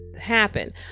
happen